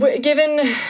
given